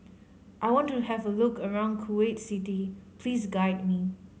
I want to have a look around Kuwait City please guide me